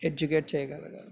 educate చెయ్యగలగాాలి